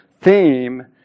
theme